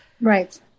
Right